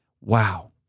wow